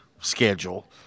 schedule